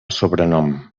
sobrenom